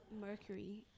Mercury